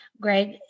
Greg